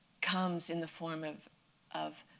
comes in the form of of